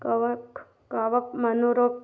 कवक कावक मनोरोक